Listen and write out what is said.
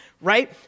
right